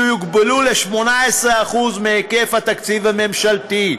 שיוגבלו ל-18% מהיקף התקציב הממשלתי,